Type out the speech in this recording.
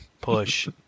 Push